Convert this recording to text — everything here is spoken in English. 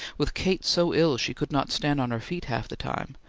with kate so ill she could not stand on her feet half the time,